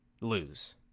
lose